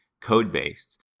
code-based